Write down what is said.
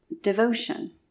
devotion